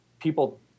people